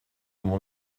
mon